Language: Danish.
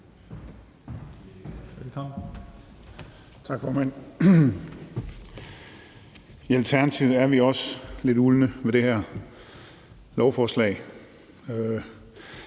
Gejl (ALT): Tak, formand. I Alternativet er vi også lidt lorne ved det her lovforslag.